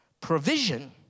provision